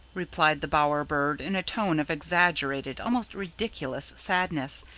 replied the bower bird in a tone of exaggerated, almost ridiculous sadness,